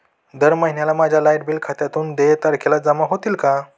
दर महिन्याला माझ्या लाइट बिल खात्यातून देय तारखेला जमा होतील का?